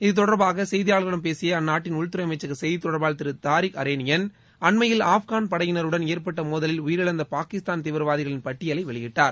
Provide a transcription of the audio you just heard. இது தொடர்பாக செய்தியாளர்களிடம் பேசிய அந்நாட்டின் உள்துறை அமைச்சக செய்தித் தொடர்பாளர் திரு தாரிக் அரேனியன் அண்மையில் ஆப்கன் படையினருடன் ஏற்பட்ட மோதலில் உயிரிழந்த பாகிஸ்தான் தீவிரவாதிகளின் பட்டியலை வெளியிட்டார்